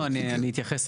אני אתייחס.